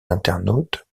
internautes